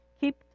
keep